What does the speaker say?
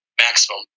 maximum